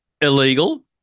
illegal